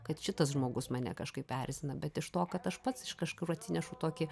kad šitas žmogus mane kažkaip erzina bet iš to kad aš pats iš kažkur atsinešu tokį